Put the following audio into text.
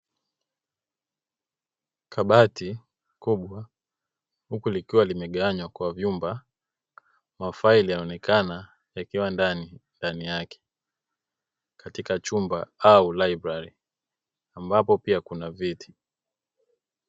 Kabati kubwa huku likiwa limegawanywa kwa vyumba mafaili yanaonekana yakiwa ndani, ndani yake katika chumba au laibrari ambapo pia kuna viti.